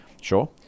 sure